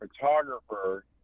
photographer